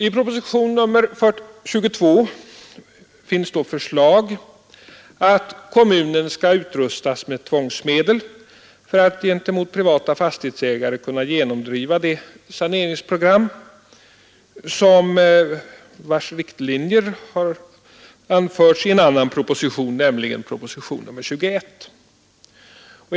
I propositionen 22 framläggs förslag om att kommunen skall utrustas med tvångsmedel för att gentemot privata fastighetsägare kunna genomdriva det saneringsprogram för vilket riktlinjer har anförts i propositionen 21.